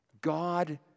God